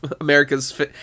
America's